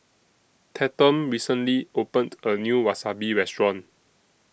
Tatum recently opened A New Wasabi Restaurant